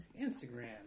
Instagram